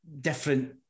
different